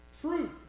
truth